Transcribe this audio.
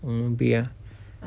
mm ah